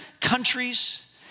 countries